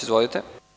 Izvolite.